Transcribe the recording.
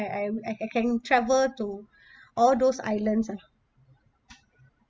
I I I can travel to all those islands lah